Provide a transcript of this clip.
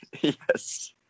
yes